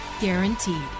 guaranteed